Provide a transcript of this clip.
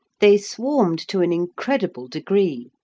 they swarmed to an incredible degree,